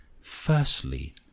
Firstly